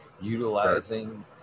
Utilizing